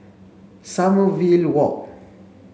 Sommerville Walk